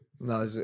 No